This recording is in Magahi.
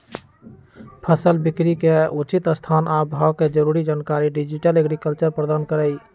फसल बिकरी के उचित स्थान आ भाव के जरूरी जानकारी डिजिटल एग्रीकल्चर प्रदान करहइ